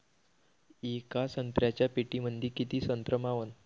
येका संत्र्याच्या पेटीमंदी किती संत्र मावन?